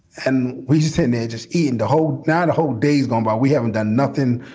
and we sitting there just eating the whole not a whole days gone by we haven't done nothing.